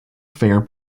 fair